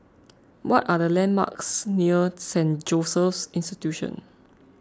what are the landmarks near Saint Joseph's Institution